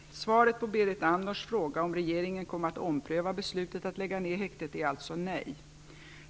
Svaret på Berit Andnors fråga om regeringen kommer att ompröva beslutet att lägga ned häktet är alltså nej.